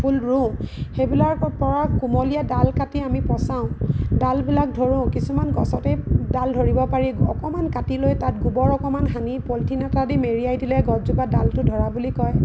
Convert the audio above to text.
ফুল ৰুওঁ সেইবিলাকৰ পৰা কুমলীয়া ডাল কাটি আমি পচাওঁ ডালবিলাক ধৰোঁ কিছুমান গছতেই ডাল ধৰিব পাৰি অকণমান কাটি লৈ তাত গোবৰ অকণমান সানি পলিথিন এটা দি মেৰিয়াই দিলে গছজোপাত ডালটো ধৰা বুলি কয়